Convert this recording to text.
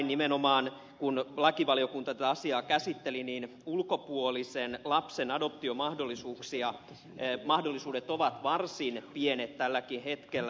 nimenomaan kun lakivaliokunta tätä asiaa käsitteli niin todettiin että ulkopuolisen lapsen adoptiomahdollisuudet ovat varsin pienet tälläkin hetkellä